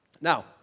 now